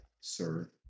sir